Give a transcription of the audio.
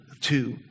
two